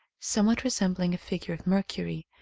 somewhat resembling a figure of mercury,